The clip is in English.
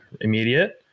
immediate